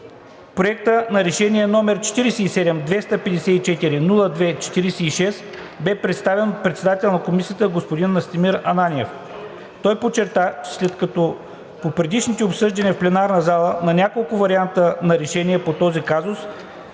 Проектът на решение, № 47-254-02-46, бе представен от председателя на Комисията господин Настимир Ананиев. Той подчерта, че след като при предишните обсъждания в пленарна зала на няколко варианта на решение по този казус,